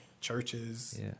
churches